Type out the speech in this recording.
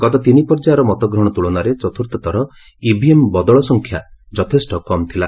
ଗତ ତିନି ପର୍ଯ୍ୟାୟର ମତଗ୍ରହଣ ତୁଳନାରେ ଚତୁର୍ଥ ଥର ଇଭିଏମ୍ ବଦଳ ସଂଖ୍ୟା ଯଥେଷ୍ଟ କମ୍ ଥିଲା